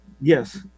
Yes